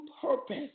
purpose